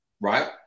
Right